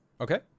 Okay